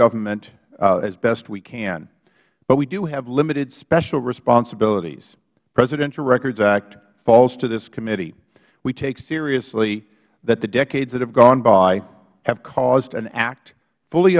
government as best we can but we do have limited special responsibilities the presidential records act falls to this committee we take seriously that the decades that have gone by have caused an act fully